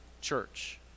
church